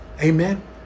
Amen